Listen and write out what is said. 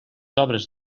obres